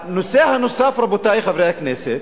הנושא הנוסף, רבותי חברי הכנסת,